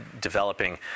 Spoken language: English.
developing